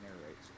narrates